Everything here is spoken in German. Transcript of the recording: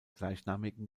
gleichnamigen